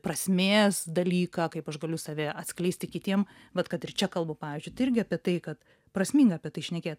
prasmės dalyką kaip aš galiu save atskleisti kitiem vat kad ir čia kalbu pavyzdžiui tai irgi apie tai kad prasminga apie tai šnekėt